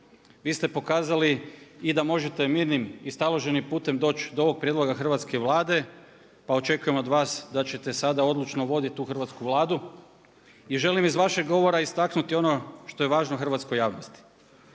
vi ste pokazali i da možete mirnim i staloženim putem doći do ovog prijedloga Hrvatske vlade pa očekujem od vas da ćete sada odlučno voditi tu Hrvatsku vladu. Želim iz vašeg govora istaknuti ono što je važno hrvatskoj javnosti,